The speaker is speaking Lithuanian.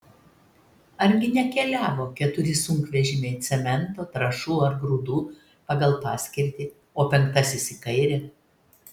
argi nekeliavo keturi sunkvežimiai cemento trąšų ar grūdų pagal paskirtį o penktasis į kairę